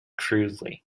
crudely